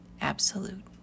Absolute